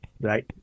Right